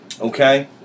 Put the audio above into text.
Okay